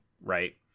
Right